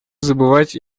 забывать